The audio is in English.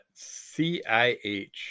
CIH